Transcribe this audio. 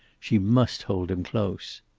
she must hold him close.